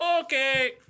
Okay